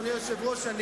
אדוני היושב-ראש,